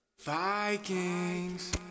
Vikings